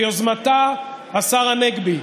השר הנגבי,